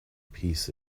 peace